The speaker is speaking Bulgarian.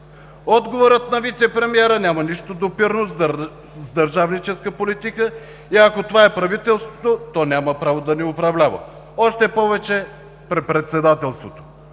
Отговорът на вицепремиера няма нищо допирно с държавническа политика и ако това е правителството, то няма право да ни управлява, още повече при председателството.